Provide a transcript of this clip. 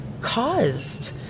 caused